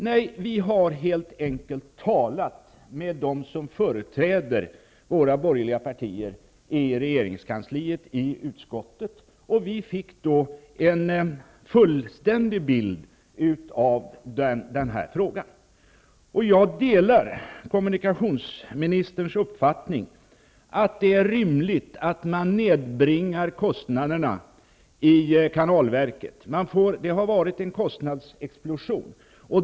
Nej, vi har helt enkelt talat med dem som företräder våra borgerliga partier i regeringskansliet och i utskottet. Vi fick då en fullständig bild av denna fråga. Jag delar kommunikationsministerns uppfattning att det är rimligt att man nedbringar kostnaderna i kanalverket. Det har varit en kostnadsexplosion.